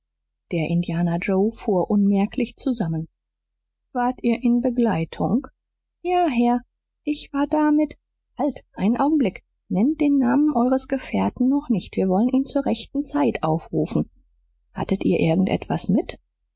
der indianer joe fuhr unmerklich zusammen wart ihr in begleitung ja herr ich war da mit halt einen augenblick nennt den namen eures gefährten noch nicht wir wollen ihn zur rechten zeit aufrufen hattet ihr irgend etwas mit